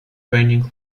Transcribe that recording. draining